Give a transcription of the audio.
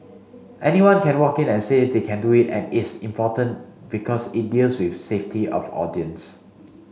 anyone can walk in and say they can do it and it's important because it deals with safety of audience